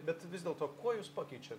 bet vis dėlto kuo jūs pakeičiat